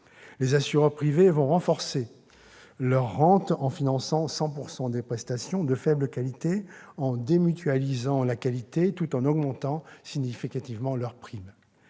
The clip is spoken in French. Les assureurs privés vont renforcer leur rente en finançant 100 % des prestations de faible qualité, ... Tout à fait !... en démutualisant la qualité tout en augmentant significativement leurs primes.